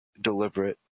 deliberate